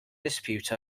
dispute